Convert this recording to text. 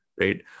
right